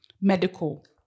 medical